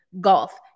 Golf